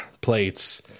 plates